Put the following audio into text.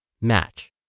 match